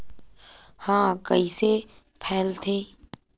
ह कइसे फैलथे?